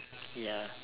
ya